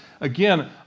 again